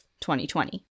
2020